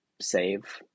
save